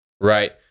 right